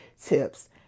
tips